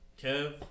Kev